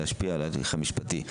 להשפיע על ההליך המשפטי.